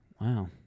wow